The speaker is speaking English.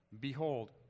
Behold